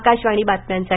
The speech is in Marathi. आकाशवाणी बातम्यांसाठी